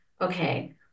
okay